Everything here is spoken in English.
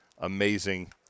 amazing